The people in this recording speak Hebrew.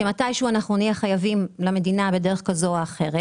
כי הרי מתי שהוא נהיה חייבים למדינה בדרך כזאת או אחרת